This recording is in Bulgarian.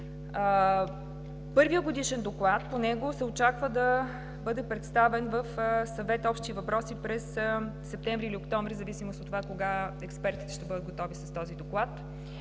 Първият годишен доклад се очаква да бъде представен в Съвета „Общи въпроси“ през месец септември или октомври, в зависимост от това кога експертите ще бъдат готови с този доклад,